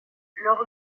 leur